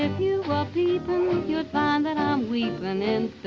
ah you'd find that i'm weepin' and